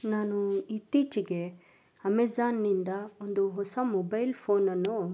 ನಾನು ಇತ್ತೀಚಿಗೆ ಅಮೆಝಾನಿಂದ ಒಂದು ಹೊಸ ಮೊಬೈಲ್ ಫೋನನ್ನು